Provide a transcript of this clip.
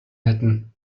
hätten